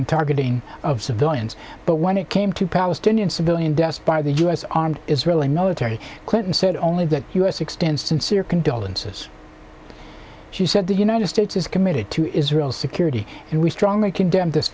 and targeting of civilians but when it came to palestinian civilian deaths by the u s armed israeli military clinton said only the u s extend sincere condolences she said the united states is committed to israel's security and we strongly condemn this